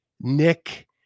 Nick